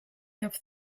have